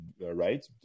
right